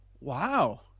Wow